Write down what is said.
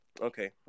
okay